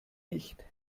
nicht